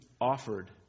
offered